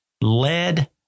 lead